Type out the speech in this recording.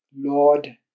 Lord